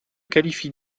qualifie